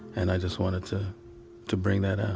and i just wanted to to bring that